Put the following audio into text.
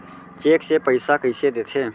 Cheque से पइसा कइसे देथे?